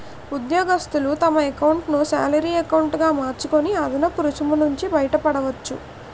ఉద్యోగస్తులు తమ ఎకౌంటును శాలరీ ఎకౌంటు గా మార్చుకొని అదనపు రుసుము నుంచి బయటపడవచ్చు